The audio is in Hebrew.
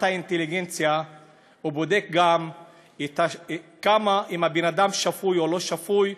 האינטליגנציה ובודק גם אם הבן-אדם שפוי או לא שפוי,